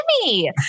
Jimmy